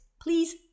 Please